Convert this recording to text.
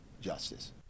justice